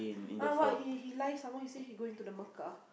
uh what he he lies some more he say he going to the Mecca